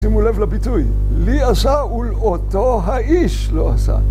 שימו לב לביטוי, לי עשה ולאותו האיש לא עשה